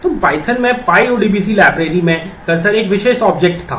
तो Python में pyodbc library में कर्सर एक विशेष object था